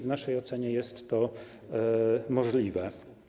W naszej ocenie jest to możliwe.